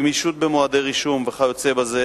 גמישות במועדי רישום וכיוצא בזה,